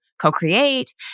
co-create